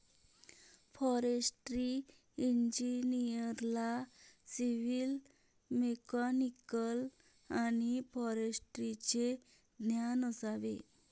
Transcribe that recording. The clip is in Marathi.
फॉरेस्ट्री इंजिनिअरला सिव्हिल, मेकॅनिकल आणि फॉरेस्ट्रीचे ज्ञान असावे